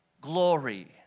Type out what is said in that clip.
glory